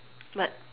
but